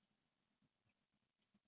like you know the vibes like they can connect